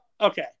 okay